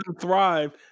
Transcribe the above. thrive